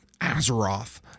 Azeroth